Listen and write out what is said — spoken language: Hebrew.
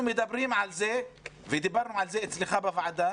אנחנו כל הזמן מדברים אצלך בוועדה